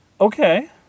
Okay